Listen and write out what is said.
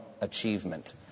achievement